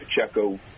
Pacheco